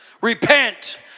repent